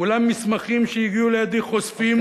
אולם מסמכים שהגיעו לידי חושפים,